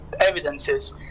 evidences